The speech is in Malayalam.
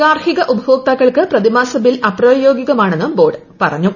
ഗാർഹിക ഉപഭോക്താക്കൾക്ക് പ്രതിമാസ ബിൽ അപ്രായോഗികമാണെന്നും ബോർഡ് പറഞ്ഞു